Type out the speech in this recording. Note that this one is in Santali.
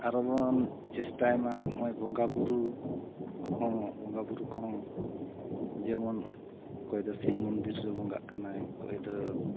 ᱟᱨᱚᱵᱚᱱ ᱪᱮᱥᱴᱟᱭᱢᱟ ᱦᱚᱸᱜᱼᱚᱭ ᱵᱚᱸᱜᱟᱼᱵᱩᱨᱩ ᱦᱚᱸ ᱵᱚᱸᱜᱟᱼᱵᱩᱨᱩ ᱠᱚᱦᱚᱸ ᱡᱮᱢᱚᱱ ᱚᱠᱚᱭ ᱫᱚ ᱥᱤᱵᱢᱚᱫᱤᱨ ᱨᱮ ᱵᱚᱸᱜᱟᱜ ᱠᱟᱱᱟᱭ ᱚᱠᱚᱭ ᱫᱚ